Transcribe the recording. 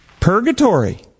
Purgatory